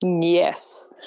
Yes